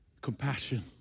compassion